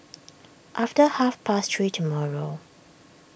after half past three tomorrow